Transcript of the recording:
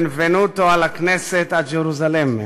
benvenuto a la Knesset a Gerusalemme.